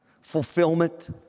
fulfillment